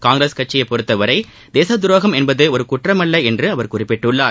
காங்கிரஸ் கட்சியை பொருத்தவரை தேசத்துரோகம் என்பது ஒரு குற்றமல்ல என்று அவர் குறிப்பிட்டுள்ளார்